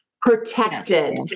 protected